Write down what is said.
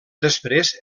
després